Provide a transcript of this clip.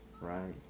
Right